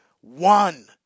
one